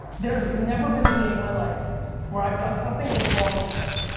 there's never been a day in my life where i've done something with the wrong intent.